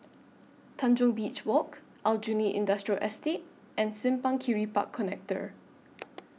Tanjong Beach Walk Aljunied Industrial Estate and Simpang Kiri Park Connector